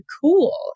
cool